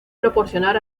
proporcionar